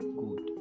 good